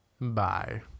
bye